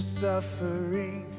suffering